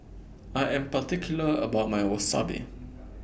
I Am particular about My Wasabi